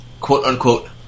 quote-unquote